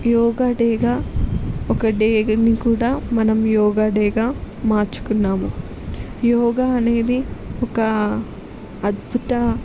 యోగా డేగా ఒక డేగని కూడా మనం యోగా డేగా మార్చుకున్నాము యోగా అనేది ఒక అద్భుత